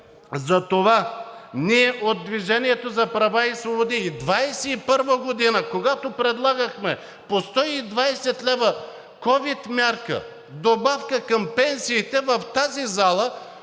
Затова ние от „Движение за права и свободи“ в 2021 г., когато предлагахме по 120 лв. ковид мярка добавка към пенсиите, в тази зала